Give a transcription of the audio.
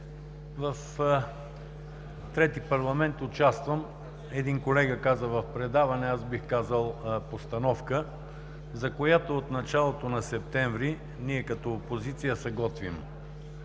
в трети парламент – един колега каза „в предаване“, аз бих казал „постановка“, за която от началото на месец септември ние като опозиция се готвим.